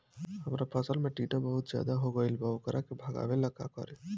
हमरा फसल में टिड्डा बहुत ज्यादा हो गइल बा वोकरा के भागावेला का करी?